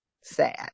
Sad